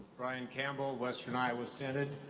brian campbell, western iowa synod.